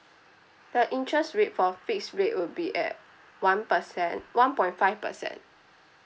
the interest rate for fixed rate will be at one percent one point five percent